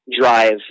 drive